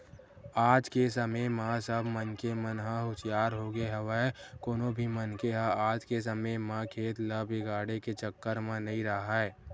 आज के समे म सब मनखे मन ह हुसियार होगे हवय कोनो भी मनखे ह आज के समे म खेत ल बिगाड़े के चक्कर म नइ राहय